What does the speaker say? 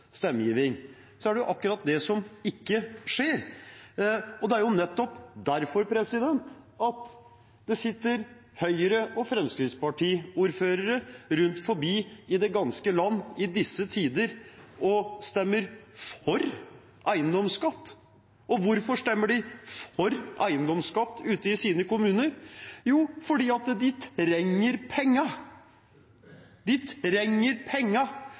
stemmegiving. Det er akkurat det som ikke skjer. Det er nettopp derfor det sitter Høyre- og Fremskrittsparti-ordførere rundt om i det ganske land i disse tider og stemmer for eiendomsskatt. Hvorfor stemmer de for eiendomsskatt ute i sine kommuner? Jo, fordi de trenger pengene. De trenger